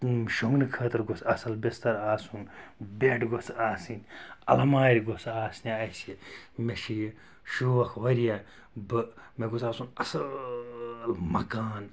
شونٛگنہٕ خٲطرٕ گوٚژھ اصٕل بِستَر آسُن بیٚڈ گوٚژھ آسٕنۍ اَلمارِ گوٚژھ آسنہِ اسہِ مےٚ چھُ یہِ شوق واریاہ بہٕ مےٚ گوٚژھ آسُن اصٕل مَکان